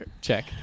check